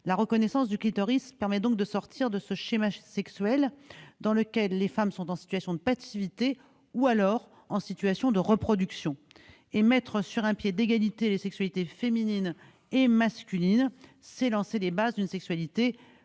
La reconnaissance du clitoris permet donc de sortir de ce schéma sexuel dans lequel les femmes sont en situation de passivité ou de reproduction. Mettre sur un pied d'égalité les sexualités féminine et masculine, c'est lancer les bases d'une sexualité beaucoup